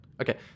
Okay